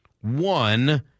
One